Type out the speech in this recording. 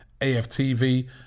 AFTV